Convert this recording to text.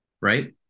right